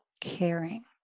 caring